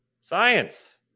Science